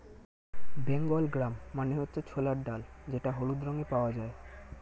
Bengal gram মানে হচ্ছে ছোলার ডাল যেটা হলুদ রঙে পাওয়া যায়